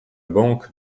banque